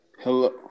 Hello